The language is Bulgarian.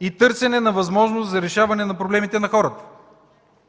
и търсене на възможност за решаване на проблемите на хората.